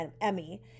Emmy